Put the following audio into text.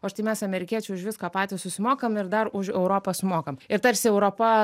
o štai mes amerikiečiai už viską patys susimokam ir dar už europą sumokam ir tarsi europa